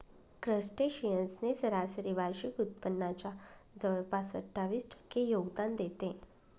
crustaceans ने सरासरी वार्षिक उत्पादनाच्या जवळपास अठ्ठावीस टक्के योगदान देते